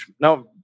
Now